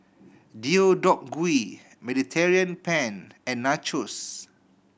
Deodeok Gui Mediterranean Penne and Nachos